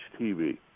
TV